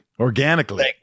organically